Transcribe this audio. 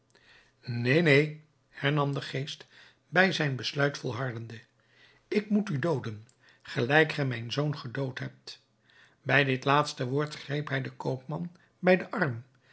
neen neen hernam de geest bij zijn besluit volhardende ik moet u dooden gelijk gij mijn zoon gedood hebt bij dit laatste woord greep hij den koopman bij den arm